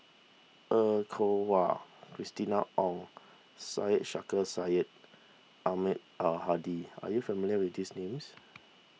Er Kwong Wah Christina Ong and Syed Sheikh Syed Ahmad Al Hadi are you familiar with these names